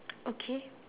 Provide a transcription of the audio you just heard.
okay